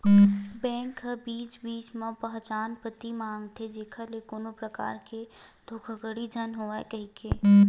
bank ह बीच बीच म पहचान पती मांगथे जेखर ले कोनो परकार के धोखाघड़ी झन होवय कहिके